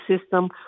system